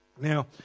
Now